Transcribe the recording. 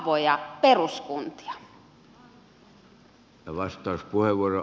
arvoisa herra puhemies